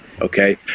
Okay